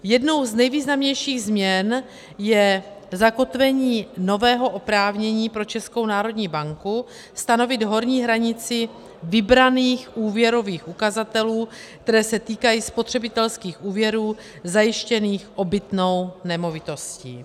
Jednou z nejvýznamnějších změn je zakotvení nového oprávnění pro Českou národní banku stanovit horní hranici vybraných úvěrových ukazatelů, které se týkají spotřebitelských úvěrů zajištěných obytnou nemovitostí.